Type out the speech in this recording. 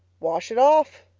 wash it off,